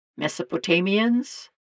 Mesopotamians